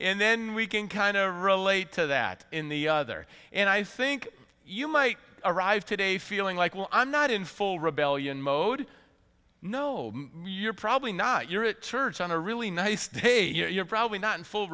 and then we can kind of relate to that in the other and i think you might arrive today feeling like well i'm not in full rebellion mode no you're probably not you're it turns on a really nice day you're probably not in full